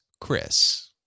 Chris